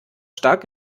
stark